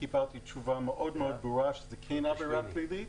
קיבלתי תשובה מאוד מאוד ברורה שזאת כן עבירה פלילית